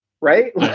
right